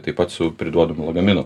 taip pat su priduodamu lagaminu